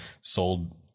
sold